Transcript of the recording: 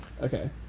Okay